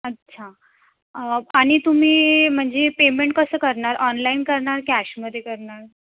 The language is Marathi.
अच्छा आणि तुम्ही म्हणजे पेमेंट कसं करणार ऑनलाईन करणार कॅशमध्ये करणार